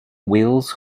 wills